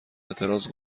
اعتراض